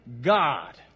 God